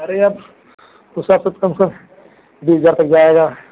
अरे यार उसका तो कम से कम बीस हज़ार तक जाएगा